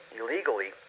illegally